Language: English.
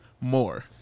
more